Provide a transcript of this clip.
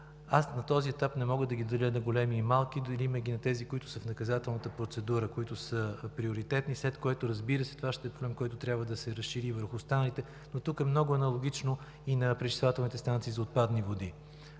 На този етап не мога да ги деля на големи и малки, делим ги на тези, които са в наказателната процедура, които са приоритетни, след което, разбира се, това ще е проблем, който трябва да се разшири и върху останалите, но тук е много аналогично и на пречиствателните станции за отпадни води.